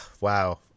wow